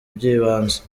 by’ibanze